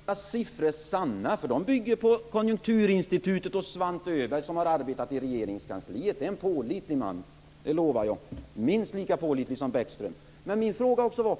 Fru talman! Men visst var väl mina siffror sanna? De bygger ju på uppgifter från Konjunkturinstitutet och Svante Öberg, som har arbetat i Regeringskansliet och är en pålitlig man - det lovar jag; minst lika pålitlig som Bäckström. Min fråga var också: